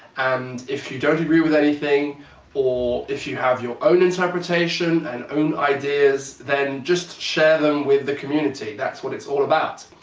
and if you don't agree with anything or if you have your own interpretation and own ideas, then just share them with the community. that's what it's all about.